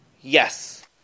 Yes